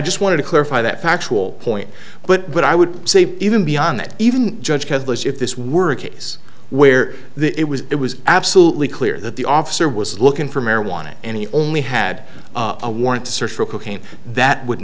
just wanted to clarify that factual point but what i would say even beyond that even judge kessler if this were a case where the it was it was absolutely clear that the officer was looking for marijuana and he only had a warrant to search for cocaine that would